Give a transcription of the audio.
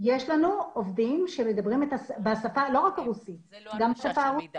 ולא רק בשפה הרוסית אלא גם בערבית.